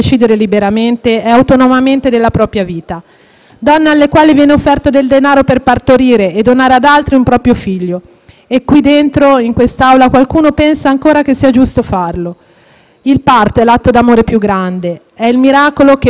donne alle quali viene offerto del denaro per partorire e donare ad altri un proprio figlio. In quest'Aula qualcuno pensa ancora che sia giusto farlo. Il parto è l'atto d'amore più grande; è il miracolo che un uomo e una donna creano. Non può essere altro,